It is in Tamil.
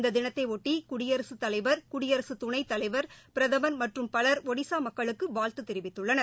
இந்தத் தினத்தைபொட்டி குடியரசுத் தலைவர் குடியரசு துணைத்தலைவர் பிரதமர் மற்றும் பவர் ஒடிசா மக்களுக்கு வாழ்த்து தெரிவித்துள்ளனர்